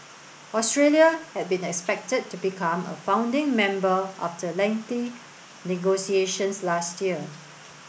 Australia had been expected to become a founding member after lengthy negotiations last year